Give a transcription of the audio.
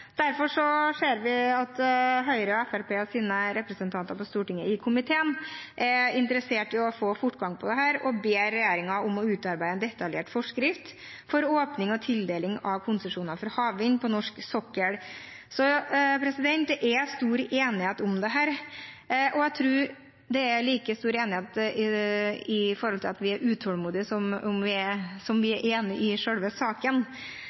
komiteen er interessert i å få fortgang i dette, og ber regjeringen om å utarbeide en detaljert forskrift for åpning og tildeling av konsesjoner for havvind på norsk sokkel. Så det er stor enighet om dette, og jeg tror det er like stor enighet om at vi er utålmodige, som vi er enige om selve saken. Her handler det egentlig om å få satt fart. Vi støtter derfor begge forslagene, fordi vi nå ønsker handling, men også et godt kunnskapsgrunnlag for å komme videre i